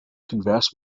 converse